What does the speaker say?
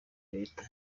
leta